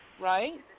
Right